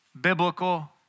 biblical